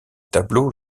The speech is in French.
tableaux